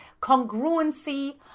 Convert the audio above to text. Congruency